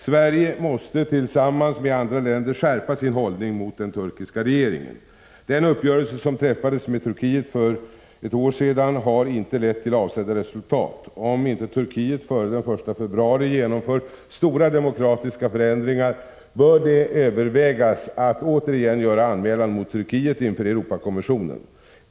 Sverige måste tillsammans med andra länder skärpa sin hållning mot den turkiska regeringen. Den uppgörelse som träffades med Turkiet för ett år sedan har inte lett till avsedda resultat. Om inte Turkiet före den 1 februari gjort stora demokratiska förändringar, bör det övervägas att återigen göra anmälan mot Turkiet inför Europakommissionen.